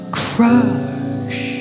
crush